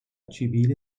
civile